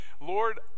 Lord